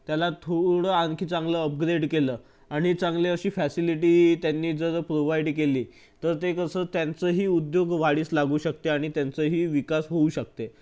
त्याला थोडं आणखी चांगलं अपग्रेड केलं आणि चांगली अशी फॅसिलिटी त्यांनी जर प्रोव्हाइड केली तर ते कसं त्यांचंही उद्योग वाढीस लागू शकते आणि त्यांचंही विकास होऊ शकते